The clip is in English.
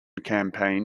campaign